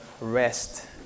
rest